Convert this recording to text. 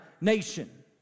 nation